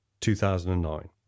2009